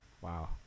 Wow